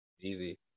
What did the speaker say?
Easy